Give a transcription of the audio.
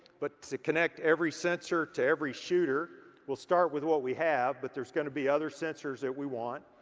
but to connect every sensor to every shooter we'll start with what we have, but there's gonna be other sensors that we want.